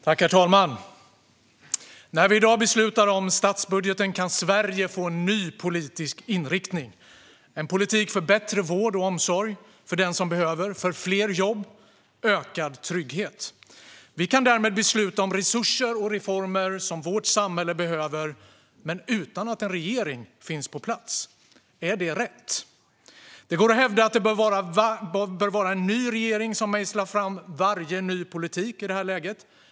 Herr talman! När vi i dag beslutar om statsbudgeten kan Sverige få en ny politisk inriktning - en politik för bättre vård och omsorg för den som behöver det, för fler jobb och för ökad trygghet. Vi kan därmed besluta om resurser och reformer som vårt samhälle behöver, men utan att en regering finns på plats. Är detta rätt? Det går att hävda att det bör vara en ny regering som mejslar fram varje ny politik i det här läget.